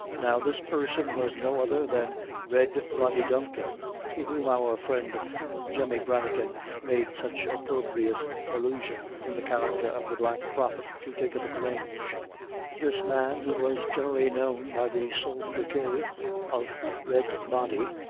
now this person was no other than red rody duncan, to whom our friend jemmy branigan made such opprobrious allusion in the character of the black prophet to dick-o'-the-grange. this man, who was generally known by the sobriquet of red body,